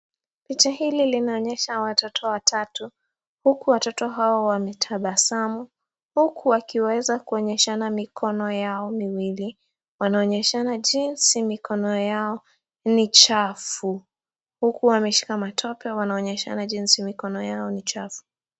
Picha hili linaonyesha watoto watatu huku watoto hawa wametabasamu ,huku wakiweza kuonyeshana mikono yao miwili. Wanaonyeshana jinsi mikono yao ni chafu huku wameshika matope wanaonyeshana jinsi mikono yao ni chafu.